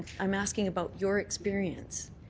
i'm asking about your experience.